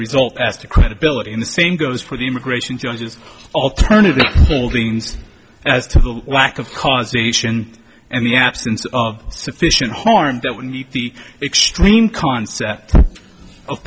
result as to credibility in the same goes for the immigration judges alternative as to the lack of causation and the absence of sufficient harm that would meet the extreme concept of